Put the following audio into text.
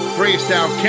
Freestyle